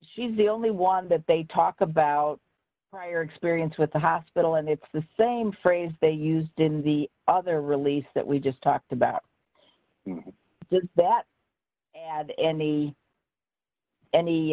she's the only one that they talk about prior experience with the hospital and it's the same phrase they used in the other release that we just talked about that had any any